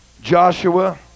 Joshua